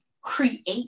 create